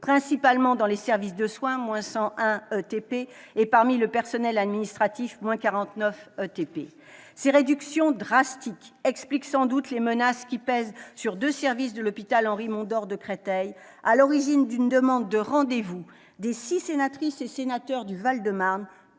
principalement dans les services de soins- 101 équivalents temps plein, ou ETP -et parmi le personnel administratif- 49 ETP. Ces réductions drastiques expliquent sans doute les menaces qui pèsent sur deux services de l'hôpital Henri-Mondor, à Créteil, à l'origine d'une demande de rendez-vous des six sénatrices et sénateurs du Val-de-Marne,